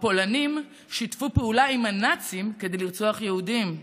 הפולנים שיתפו פעולה עם הנאצים כדי לרצוח יהודים.